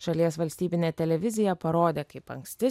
šalies valstybinė televizija parodė kaip anksti